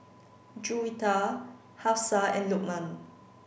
Juwita Hafsa and Lukman